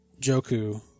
Joku